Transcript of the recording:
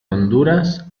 honduras